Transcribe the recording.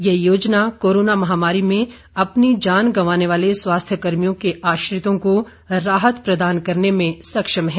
ये योजना कोरोना महामारी में अपनी जान गंवाने वाले स्वास्थ्य कर्मियों के आश्रितों को राहत प्रदान करने में सक्षम है